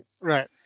Right